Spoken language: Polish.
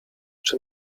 czy